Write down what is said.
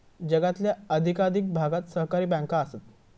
जगातल्या अधिकाधिक भागात सहकारी बँका आसत